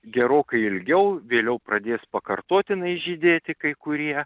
gerokai ilgiau vėliau pradės pakartotinai žydėti kai kurie